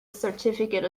certificate